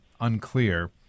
unclear